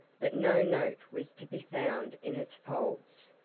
but no note was to be found in its folds.